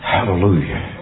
Hallelujah